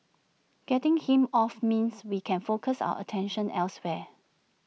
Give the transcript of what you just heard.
getting him off means we can focus our attention elsewhere